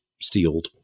sealed